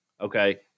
okay